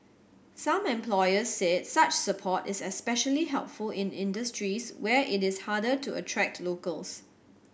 some employers said such support is especially helpful in industries where it is harder to attract locals